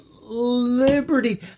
liberty